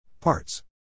Parts